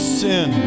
sin